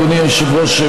אדוני היושב-ראש,